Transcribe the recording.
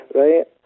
right